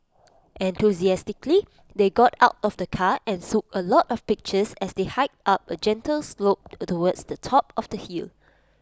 enthusiastically they got out of the car and took A lot of pictures as they hiked up A gentle slope towards the top of the hill